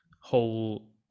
whole